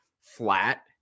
flat